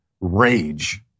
rage